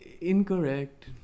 incorrect